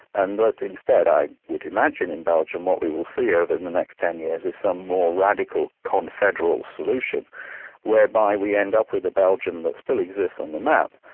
and that instead i would imagine in belgium what we will see ah over in the next ten years is some more radical con-federal solution whereby we end up with a belgium that still exists on the map,